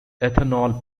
ethanol